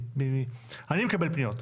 אני מקבל פניות.